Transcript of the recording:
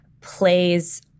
plays